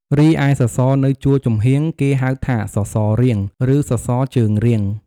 រីឯសសរនៅជួរចំហៀង គេហៅថាសសររៀង ឬសសរជើងរៀង។